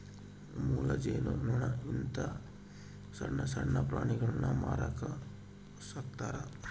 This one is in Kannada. ಮೊಲ, ಜೇನು ನೊಣ ಇಂತ ಸಣ್ಣಣ್ಣ ಪ್ರಾಣಿಗುಳ್ನ ಮಾರಕ ಸಾಕ್ತರಾ